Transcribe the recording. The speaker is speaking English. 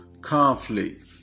conflict